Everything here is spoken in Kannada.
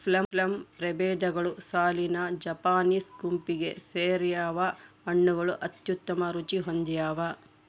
ಪ್ಲಮ್ ಪ್ರಭೇದಗಳು ಸಾಲಿಸಿನಾ ಜಪಾನೀಸ್ ಗುಂಪಿಗೆ ಸೇರ್ಯಾವ ಹಣ್ಣುಗಳು ಅತ್ಯುತ್ತಮ ರುಚಿ ಹೊಂದ್ಯಾವ